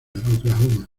oklahoma